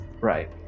Right